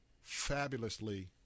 fabulously